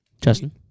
Justin